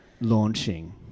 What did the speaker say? launching